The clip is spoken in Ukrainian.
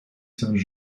сенс